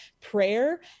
prayer